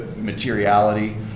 materiality